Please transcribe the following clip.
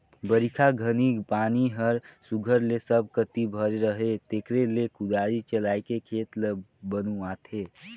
बरिखा घनी पानी हर सुग्घर ले सब कती भरे रहें तेकरे ले कुदारी चलाएके खेत ल बनुवाथे